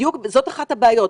זאת אחת הבעיות.